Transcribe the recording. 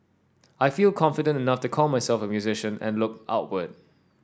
I feel confident enough to call myself a musician and look outward